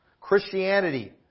Christianity